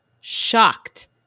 shocked